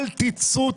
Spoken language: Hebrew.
אל תצאו,